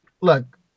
Look